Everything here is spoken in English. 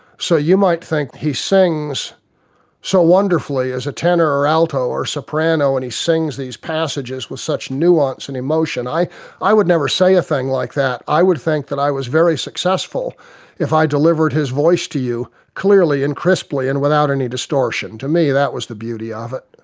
so you might think he sings so wonderfully as a tenor or alto or soprano and he sings these passages with such nuance and emotion, i i would never say anything like that, i would think that i was very successful if i delivered his voice to you clearly and crisply and without any distortion. to me that was the beauty of it.